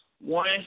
One